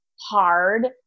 hard